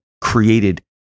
created